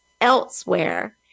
elsewhere